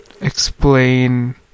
explain